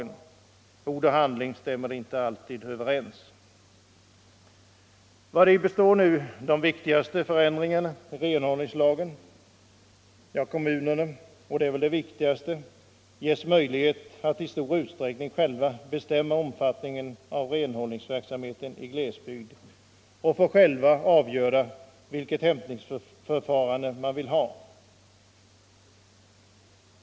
Ord och handling stämmer inte alltid överens. Vari består nu de viktigaste förändringarna i renhållningslagen? Kommunerna ges — och det är väl den viktigaste ändringen — möjlighet att i stor utsträckning själva bestämma omfattningen av renhållningsverksamheten i glesbygd och får själva avgöra vilket hämtningsförfarande de vill ha.